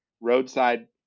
roadside